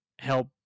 help